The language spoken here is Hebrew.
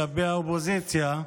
כלפי האופוזיציה.